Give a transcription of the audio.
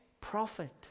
prophet